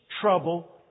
trouble